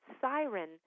siren